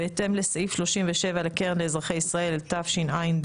בהתאם לסעיף 37 לקרן לאזרחי ישראל התשע"ד.